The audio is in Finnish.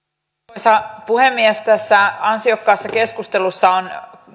arvoisa puhemies tässä ansiokkaassa keskustelussa on